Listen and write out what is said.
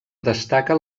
destaca